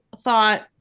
thought